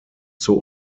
zur